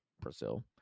brazil